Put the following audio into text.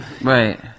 Right